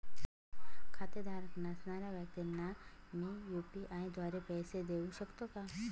खातेधारक नसणाऱ्या व्यक्तींना मी यू.पी.आय द्वारे पैसे देऊ शकतो का?